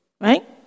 right